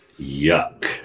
Yuck